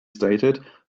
stated